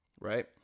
right